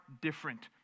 different